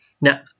Now